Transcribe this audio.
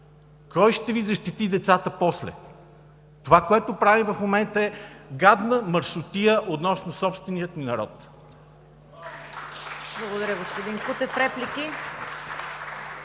Кой ще Ви защити децата после?! Това, което правим в момента, е гадна мръсотия относно собствения ни народ.